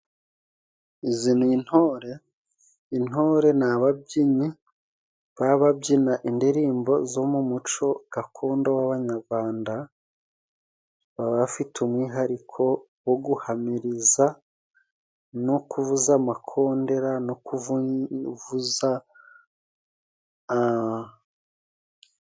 Izi n'intore intore ni ababyinnyi bababyina indirimbo zo mu muco gakondo w'abanyarwanda baba bafite umwihariko wo guhamiriza no kuvuza amakondera no kuvuvuza.